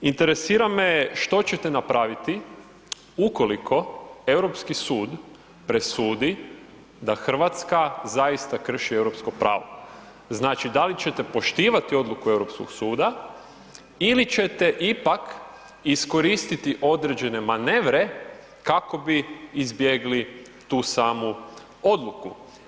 Interesira me što ćete napraviti ukoliko Europski sud presudi da Hrvatska zaista krši europsko pravo, znači da li ćete poštivati odluku Europskog suda ili ćete ipak iskoristiti određene manevre kako bi izbjegli tu samu odluku?